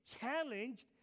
challenged